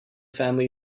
family